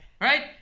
Right